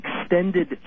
extended